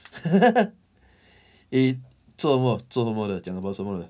eh 做什么做什么的讲 about 什么的